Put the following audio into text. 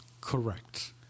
Correct